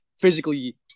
physically